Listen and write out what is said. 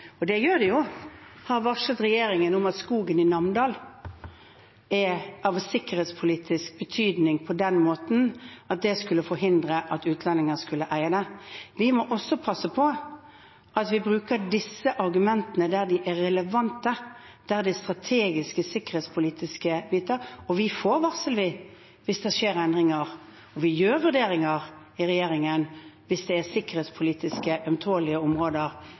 og det gjør de jo – om at skogen i Namdalen er av sikkerhetspolitisk betydning på den måten at det skulle forhindre at utlendinger skulle eie der. Vi må også passe på at vi bruker disse argumentene der de er relevante, der det gjelder det strategiske og sikkerhetspolitiske. Vi får varsel hvis det skjer endringer, og vi gjør vurderinger i regjeringen hvis det er sikkerhetspolitisk ømtålige områder